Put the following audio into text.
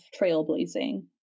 trailblazing